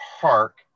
Park